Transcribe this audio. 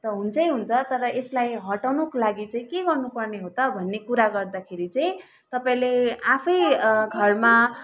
त हुन्छै हुन्छ तर यसलाई हटाउनुको लागि चाहिँ के गर्नु पर्ने हो त भन्ने कुरा गर्दाखेरि चाहिँ तपाईँले आफै घरमा